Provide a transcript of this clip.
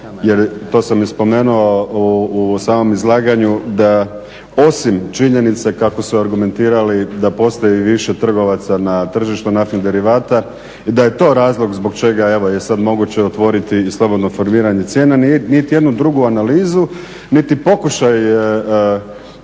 to sam i spomenuo u samom izlaganju da osim činjenice kako su argumentirali da postoji više trgovaca na tržištu naftnih derivata i da je to razlog zbog čega evo je sada moguće otvoriti slobodno formiranje cijena, niti jednu drugu analizu niti pokušaj